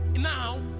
Now